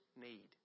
need